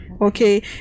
Okay